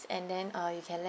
and then uh you can let